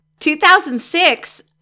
2006